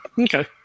Okay